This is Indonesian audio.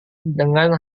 dengan